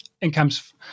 Incomes